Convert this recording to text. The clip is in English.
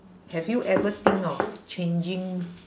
have you ever think of changing